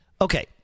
Okay